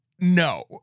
no